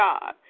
God